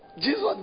Jesus